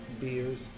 beers